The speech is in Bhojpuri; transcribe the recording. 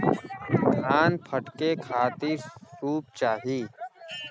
धान फटके खातिर सूप चाही